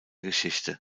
geschichte